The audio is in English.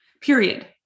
period